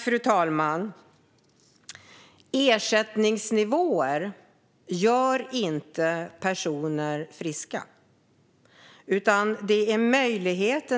Fru talman! Ersättningsnivåer gör inte personer friska, utan de ger en möjlighet